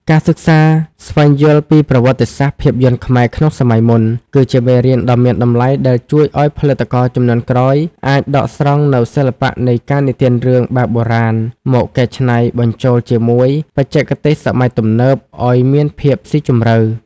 ការសិក្សាស្វែងយល់ពីប្រវត្តិសាស្ត្រភាពយន្តខ្មែរក្នុងសម័យមុន គឺជាមេរៀនដ៏មានតម្លៃដែលជួយឱ្យផលិតករជំនាន់ក្រោយអាចដកស្រង់នូវសិល្បៈនៃការនិទានរឿងបែបបុរាណមកកែច្នៃបញ្ចូលជាមួយបច្ចេកទេសសម័យទំនើបឱ្យមានភាពស៊ីជម្រៅ។